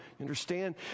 Understand